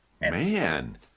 man